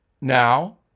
now